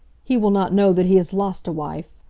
he will not know that he has lost a wife.